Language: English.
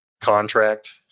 contract